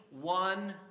one